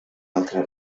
altre